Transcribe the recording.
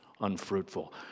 unfruitful